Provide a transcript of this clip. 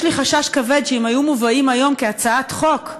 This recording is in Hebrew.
יש לי חשש כבד שאם היו מובאות היום כהצעת חוק,